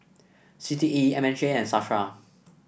C T E M H A and Safra